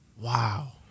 Wow